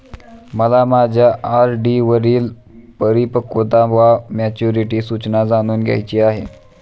मला माझ्या आर.डी वरील परिपक्वता वा मॅच्युरिटी सूचना जाणून घ्यायची आहे